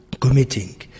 committing